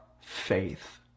faith